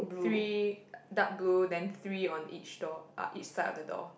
three dark blue then three on each door uh each side of the door